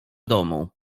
domu